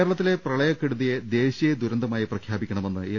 കേരളത്തിലെ പ്രളയക്കെടുതിയെ ദേശീയ ദുരന്തമായി പ്രഖ്യാപിക്കണമെന്ന് എൽ